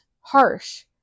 harsh